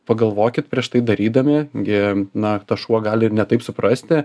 pagalvokit prieš tai darydami gi na tas šuo gali ir ne taip suprasti